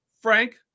Frank